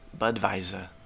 Budweiser